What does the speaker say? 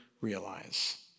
realize